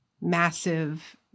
massive